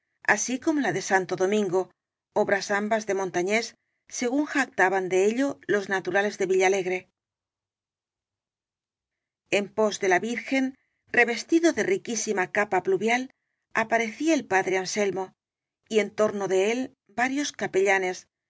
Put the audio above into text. así como la de santo domingo obras ambas de montañés según se jac taban de ello los naturales de villalegre en pos de la virgen revestido de riquísima ca pa pluvial aparecía el padre anselmo y en torno de él varios capellanes